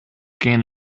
gain